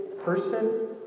person